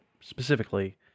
specifically